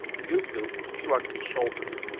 yoosoof shrugged his shoulders,